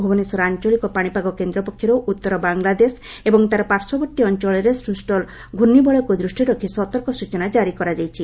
ଭୁବନେଶ୍ୱର ଆଞ୍ଚଳିକ ପାଣିପାଗ କେନ୍ଦ୍ର ପକ୍ଷରୁ ଉତ୍ତର ବାଂଲାଦେଶ ଏବଂ ତା'ର ପାର୍ଶ୍ୱବର୍ତ୍ତୀ ଅଞ୍ଚଳରେ ସୃଷ୍ଟ ଘୁର୍ଷ୍ଣବଳୟକୁ ଦୃଷ୍ଟିରେ ରଖି ସତର୍କ ସୂଚନା କାରି କରାଯାଇଛି